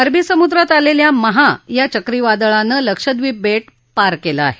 अरबी समुद्रात आलेल्या महा या चक्रीवादळानं लक्षद्वीप बेट पार केलं आहे